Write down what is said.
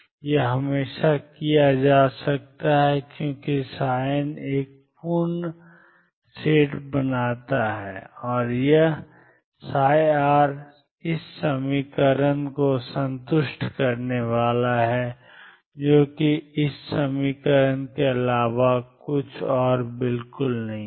यह हमेशा किया जा सकता है क्योंकि n एक पूर्ण सेट बनाता है और यह ψ समीकरण ∑Cniℏn∂t को संतुष्ट करने वाला है जो कि ∑CnHn है जो ∑CnEnn के अलावा और कुछ नहीं है